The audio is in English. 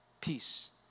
peace